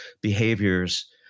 behaviors